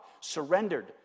Surrendered